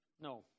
no